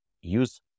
use